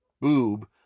boob